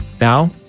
Now